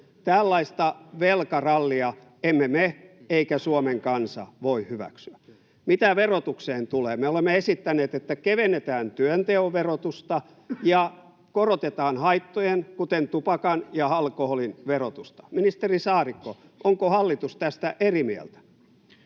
Tällaista velkarallia emme me eikä Suomen kansa voi hyväksyä. Mitä verotukseen tulee, me olemme esittäneet, että kevennetään työnteon verotusta ja korotetaan haittojen, kuten tupakan ja alkoholin, verotusta. Ministeri Saarikko, onko hallitus tästä eri mieltä?